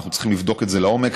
אנחנו צריכים לבדוק את זה לעומק,